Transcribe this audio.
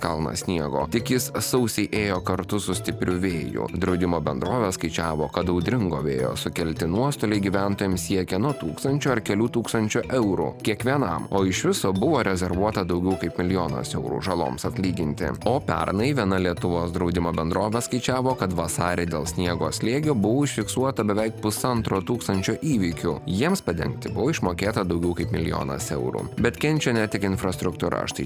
kalnas sniego tik jis sausį ėjo kartu su stipriu vėju draudimo bendrovė skaičiavo kad audringo vėjo sukelti nuostoliai gyventojams siekia nuo tūkstančio ar kelių tūkstančių eurų kiekvienam o iš viso buvo rezervuota daugiau kaip milijonas eurų žaloms atlyginti o pernai viena lietuvos draudimo bendrovė skaičiavo kad vasarį dėl sniego slėgio buvo užfiksuota beveik pusantro tūkstančio įvykių jiems padengti buvo išmokėta daugiau kaip milijonas eurų bet kenčia ne tik infrastruktūra štai